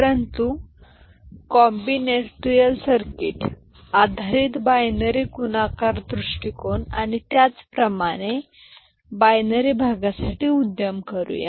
परंतु combinatorial circuit आधारित binary गुणाकार दृष्टिकोन आणि त्याचप्रमाणे बायनरी भागासाठी उद्यम करूया